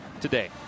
today